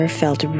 felt